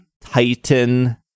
Titan